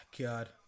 god